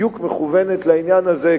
בדיוק מכוונים לעניין הזה.